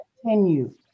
Continue